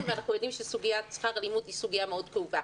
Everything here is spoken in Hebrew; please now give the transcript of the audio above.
ואנחנו יודעים שסוגיית שכר הלימוד היא סוגיה מאוד כאובה.